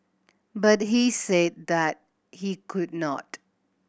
but he said that he could not